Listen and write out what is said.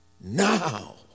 now